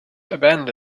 abandoned